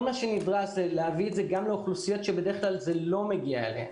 כל מה שנדרש זה להביא את זה גם לאוכלוסיות שבדרך כלל זה לא מגיע אליהן.